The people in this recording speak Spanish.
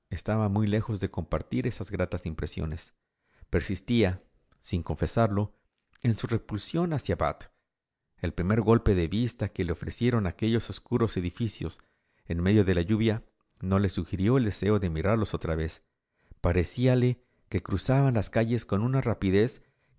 estaba muy lejos de compartir esas gratas impresiones persistía sin confesarlo en su repulsión hacia bath el primer golpe de vista que le ofrecieron aquellos obscuros edificios en medio de la lluvia no le sugirió el deseo de mirarlos otra vez parecíale que cruzaban las calles con una rapidez